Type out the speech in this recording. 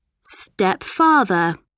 stepfather